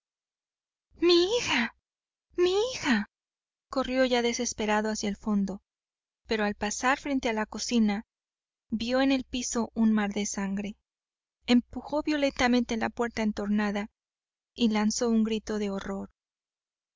mi hija mi hija corrió ya desesperado hacia el fondo pero al pasar frente a la cocina vió en el piso un mar de sangre empujó violentamente la puerta entornada y lanzó un grito de horror